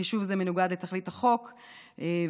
וחישוב זה מנוגד לתכלית החוק וכו'.